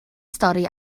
stori